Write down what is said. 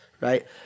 right